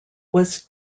was